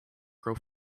grow